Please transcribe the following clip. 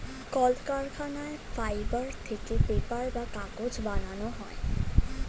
কলকারখানায় ফাইবার থেকে পেপার বা কাগজ বানানো হয়